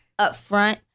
upfront